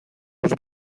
los